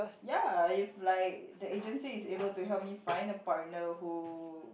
ya if like the agency is able to help me find a partner who